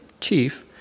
chief